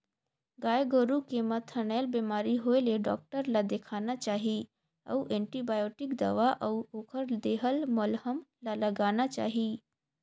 गाय गोरु के म थनैल बेमारी होय ले डॉक्टर ल देखाना चाही अउ एंटीबायोटिक दवा अउ ओखर देहल मलहम ल लगाना चाही